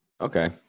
Okay